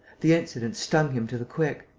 the incident stung him to the quick.